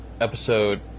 episode